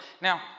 Now